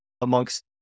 amongst